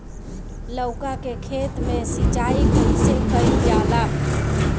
लउका के खेत मे सिचाई कईसे कइल जाला?